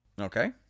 okay